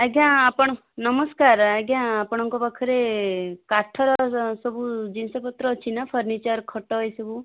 ଆଜ୍ଞା ଆପଣ ନମସ୍କାର ଆଜ୍ଞା ଆପଣଙ୍କ ପାଖରେ କାଠ ର ସବୁ ଜିନିଷ ପତ୍ର ଅଛି ନା ଫର୍ଣ୍ଣିଚର୍ ଖଟ ଏସବୁ